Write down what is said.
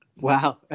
Wow